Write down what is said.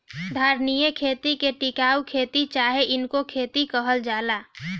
धारणीय खेती के टिकाऊ खेती चाहे इको खेती कहल जाला